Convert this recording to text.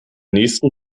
nächsten